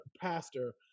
pastor